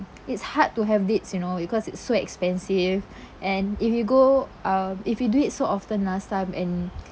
it's hard to have dates you know because it's so expensive and if you go uh if you do it so often last time and